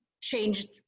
changed